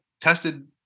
tested